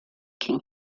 can